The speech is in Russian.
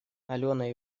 алена